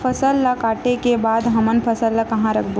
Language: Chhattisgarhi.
फसल ला काटे के बाद हमन फसल ल कहां रखबो?